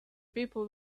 people